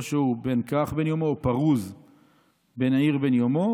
או שהוא בן כרך בן יומו או פרוז בן העיר בן יומו,